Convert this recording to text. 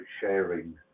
sharing